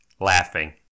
laughing